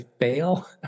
fail